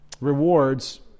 rewards